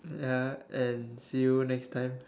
ya and see you next time